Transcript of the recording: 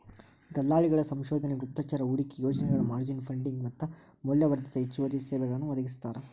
ದಲ್ಲಾಳಿಗಳ ಸಂಶೋಧನೆ ಗುಪ್ತಚರ ಹೂಡಿಕೆ ಯೋಜನೆಗಳ ಮಾರ್ಜಿನ್ ಫಂಡಿಂಗ್ ಮತ್ತ ಮೌಲ್ಯವರ್ಧಿತ ಹೆಚ್ಚುವರಿ ಸೇವೆಗಳನ್ನೂ ಒದಗಿಸ್ತಾರ